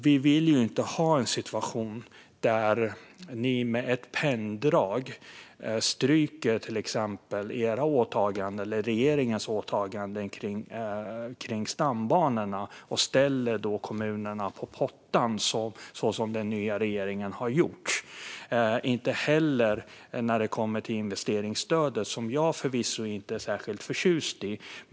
Vi vill ju inte ha en situation som den där man med ett penndrag stryker regeringens åtaganden kring stambanorna och sätter kommunerna på pottan så som den nya regeringen har gjort - inte heller när det gäller investeringsstödet, som jag förvisso inte är särskilt förtjust i.